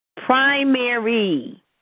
Primary